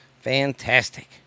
Fantastic